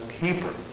keeper